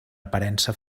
aparença